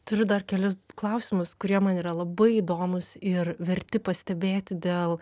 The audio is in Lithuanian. turiu dar kelis klausimus kurie man yra labai įdomūs ir verti pastebėti dėl